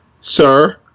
sir